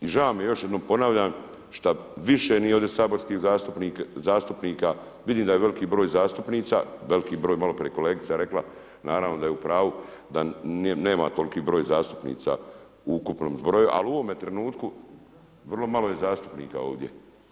I žao mi je šta još jednom ponavljam šta više nije ovdje saborskih zastupnika, vidim da je veliki broj zastupnica, veliki broj maloprije je kolegica rekla, naravno da je upravu da nema toliki broj zastupnica u ukupnom zbroju, ali u ovome trenutku vrlo malo je zastupnika ovdje.